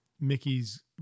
Mickey's